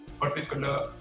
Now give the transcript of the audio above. particular